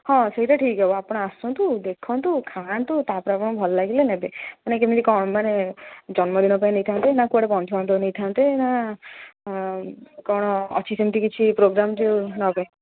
ହଁ ସେଇଟା ଠିକ୍ ହବ ଆପଣ ଆସନ୍ତୁ ଦେଖନ୍ତୁ ଖାଆନ୍ତୁ ତାପରେ ଆପଣ ଭଲ ଲାଗିଲେ ନେବେ ମାନେ କେମିତି କ'ଣ ମାନେ ଜନ୍ମଦିନ ପାଇଁ ନେଇଥାନ୍ତେ ନା କୁଆଡ଼େ ବନ୍ଧୁବାନ୍ଧବ ନେଇଥାନ୍ତେ ନା କ'ଣ ଅଛି ସେମିତି କିଛି ପ୍ରୋଗ୍ରାମ୍ ଯେଉଁ ନେବେ